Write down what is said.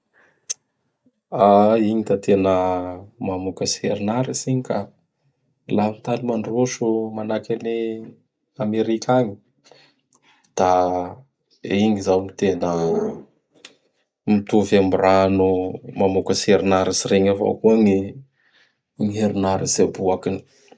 Igny da tena mamokatsy herin'aratsy igny ka. Laha gny tany mandroso manahaky an'i Amerika agny. Da igny izao gny tena mitovy am rano mamokatsy herin'aratsy regny avao koa gny herin'aratsy aboakiny.